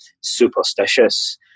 superstitious